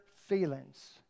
feelings